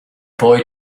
boy